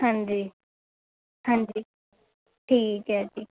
ਹਾਂਜੀ ਹਾਂਜੀ ਠੀਕ ਹੈ ਜੀ